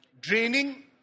draining